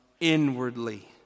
inwardly